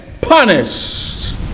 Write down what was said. punished